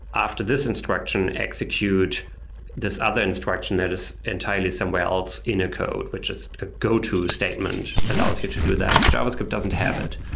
after this instruction, execute this other instruction that is entirely somewhere else in a code, which is a go-to statement allows you to do that. javascript doesn't have it.